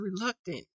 reluctant